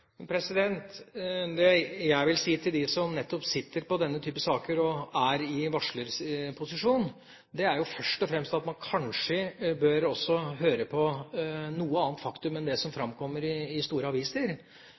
Det jeg vil si til dem som sitter på nettopp denne typen saker og er i varslerposisjon, er først og fremst at man også bør høre på andre fakta enn det som framkommer i store aviser.